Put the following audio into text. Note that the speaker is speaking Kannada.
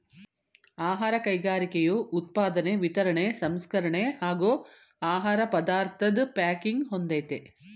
ಆಹಾರ ಕೈಗಾರಿಕೆಯು ಉತ್ಪಾದನೆ ವಿತರಣೆ ಸಂಸ್ಕರಣೆ ಹಾಗೂ ಆಹಾರ ಪದಾರ್ಥದ್ ಪ್ಯಾಕಿಂಗನ್ನು ಹೊಂದಯ್ತೆ